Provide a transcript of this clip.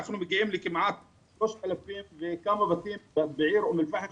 אנחנו מגיעים לכמעט 3,000 וכמה בתים בעיר אום אל פאחם